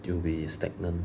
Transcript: they will be stagnant